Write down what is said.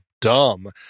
dumb